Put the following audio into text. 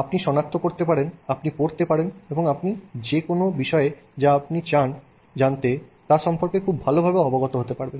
আপনি শনাক্ত করতে পারেন আপনি পড়তে পারেন এবং আপনি যেকোন বিষয়ে যা আপনি জানতে চান তা সম্পর্কে খুব ভালোভাবে অবগত হতে পারবেন